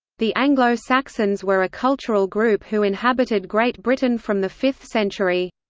the anglo-saxons were a cultural group who inhabited great britain from the fifth century.